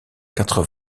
quatre